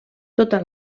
tota